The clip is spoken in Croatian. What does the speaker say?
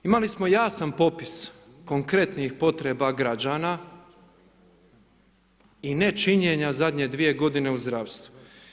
Imali smo jasan popis konkretnih potreba građana i nečinjenja zadnje dvije godine u zdravstvu.